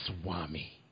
swami